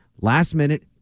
Last-minute